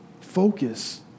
focus